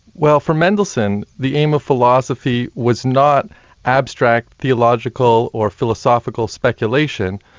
well, for mendelssohn, the aim of philosophy was not abstract theological or philosophical speculation,